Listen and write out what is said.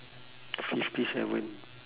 fifty seven